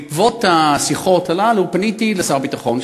בעקבות השיחות האלה פניתי לשר הביטחון,